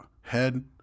head